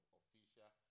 official